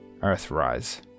Earthrise